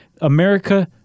America